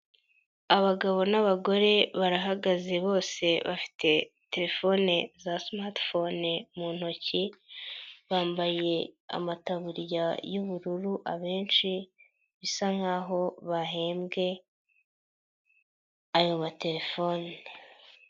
Abagabo n'abagore barahagaze bose bafite terefone za simati fone mu ntoki bambaye amataburiya y'ubururu abenshi bisa nk'aho bahembwe ayo matelefone.